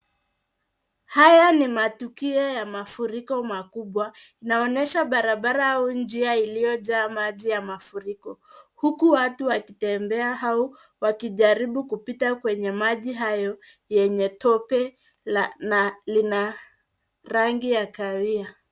Haya ni matukio ya mafuriko makubwa. Inaonyesha barabara au njia iliyojaa maji ya mafuriko. Huku watu wakitembea au wakijaribu kupita kwenye maji hayo yenye tope na lina rangi ya kahawia.